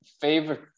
Favorite